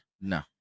No